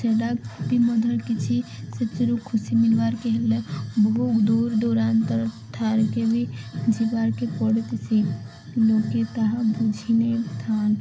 ସେଇଟା ବି ମଧ୍ୟରେ କିଛି ସେଥିରୁ ଖୁସି ମିଲବାର୍ କେ ହେଲେ ବହୁ ଦୂର ଦୂରାନ୍ତର ଥାର୍ କେ ବି ଯିବାର୍ କେ ପଡ଼ି ଥିସି ସେ ଲୋକେ ତାହା ବୁଝିିନେଥାନ୍